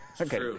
okay